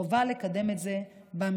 וחובה לקדם את זה במיידי.